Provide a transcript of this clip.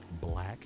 black